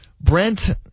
Brent